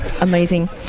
Amazing